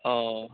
अह